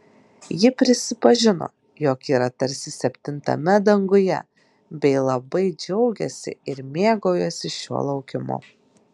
ji prisipažino jog yra tarsi septintame danguje bei labai džiaugiasi ir mėgaujasi šiuo laukimu